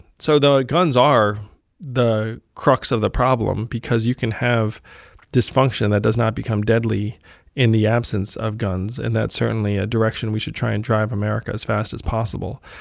so the guns are the crux of the problem because you can have dysfunction that does not become deadly in the absence of guns. and that's certainly a direction we should try and drive america as fast as possible.